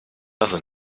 other